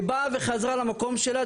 שבאה וחזרה למקום שלה,